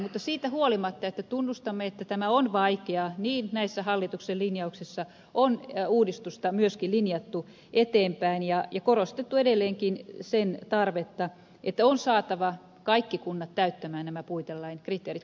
mutta siitä huolimatta että tunnustamme että tämä on vaikeaa näissä hallituksen linjauksissa on uudistusta myöskin linjattu eteenpäin ja korostettu edelleenkin sen tarvetta että on saatava kaikki kunnat täyttämään nämä puitelain kriteerit